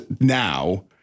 now